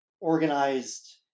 organized